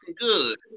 good